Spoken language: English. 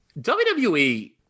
WWE